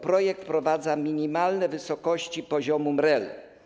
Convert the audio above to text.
Projekt wprowadza minimalne wysokości poziomu MREL.